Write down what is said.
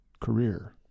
career